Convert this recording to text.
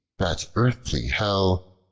that earthly hell,